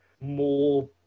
more